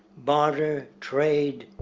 barter, trade,